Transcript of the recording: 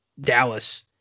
Dallas